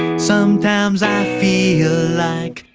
and sometimes i feel like,